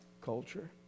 culture